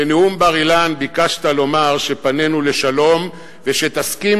בנאום בר-אילן ביקשת לומר שפנינו לשלום ושתסכים